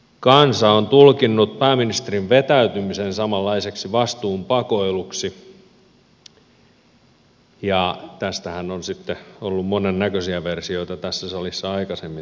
kansa on tulkinnut pääministerin vetäytymisen samanlaiseksi vastuun pakoiluksi ja tästä vastuun pakoilustahan on sitten ollut monennäköisiä versioita tässä salissa aikaisemmin